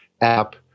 app